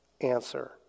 answer